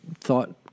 thought